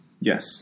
yes